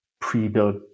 pre-built